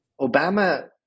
Obama